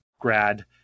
grad